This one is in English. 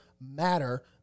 matter